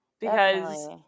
because-